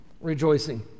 rejoicing